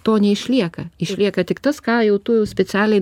to neišlieka išlieka tik tas ką jau tu specialiai